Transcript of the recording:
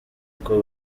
uko